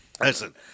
listen